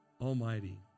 Almighty